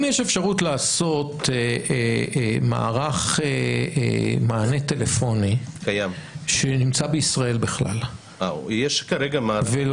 יש אפשרות לעשות מערך מענה טלפוני שנמצא בישראל בכלל ולהושיב,